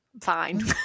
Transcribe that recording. Fine